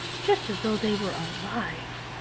just as though they were alive.